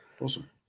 Awesome